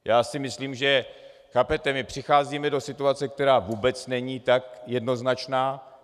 Já si myslím, že chápete, my přicházíme do situace, která vůbec není tak jednoznačná.